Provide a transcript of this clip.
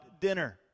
dinner